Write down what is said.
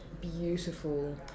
beautiful